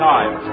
Time